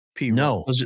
No